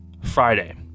Friday